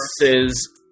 versus